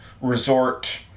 resort